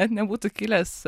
net nebūtų kilęs